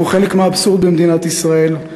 זהו חלק מהאבסורד במדינת ישראל,